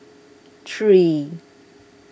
three